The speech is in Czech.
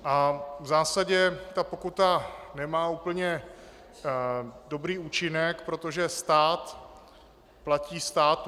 V zásadě ta pokuta nemá úplně dobrý účinek, protože stát platí státu.